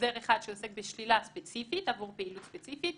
בשלילה ספציפית עבור פעילות ספציפית.